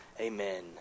Amen